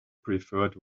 preferred